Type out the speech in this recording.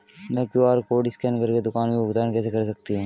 मैं QR code scan कर के दुकान में भुगतान कैसे कर सकती हूँ?